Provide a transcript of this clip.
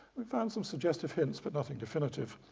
we've found some suggestive hints but nothing definitive.